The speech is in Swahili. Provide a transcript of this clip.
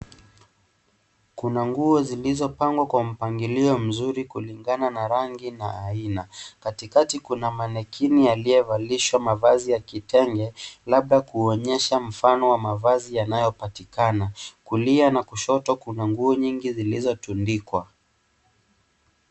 Kuna nguo zilizopangwa kwa mpangilio mzuri kulingana na rangi na aina, kati kati kuna manekini aliyevalishwa mavazi ya kitenge, labda kuonyesha mfano wa mavazi yanayo patikana, kulia na kushoto kuna nguo nyingi zilizo tundikwa.